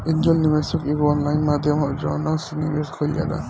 angel निवेशक एगो online माध्यम ह जवना से निवेश कईल जाला